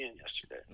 yesterday